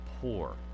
poor